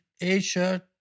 Asia